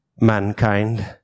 mankind